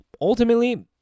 ultimately